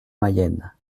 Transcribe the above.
mayenne